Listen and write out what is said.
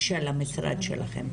של המשרד שלכם?